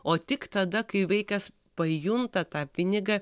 o tik tada kai vaikas pajunta tą pinigą